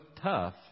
tough